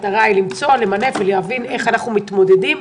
למנף ולהבין איך אנחנו מתמודדים,